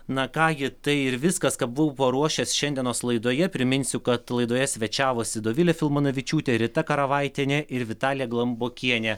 na ką gi tai ir viskas ką buvau ruošęs šiandienos laidoje priminsiu kad laidoje svečiavosi dovilė filmanavičiūtė rita karavaitienė ir vitalija glambokienė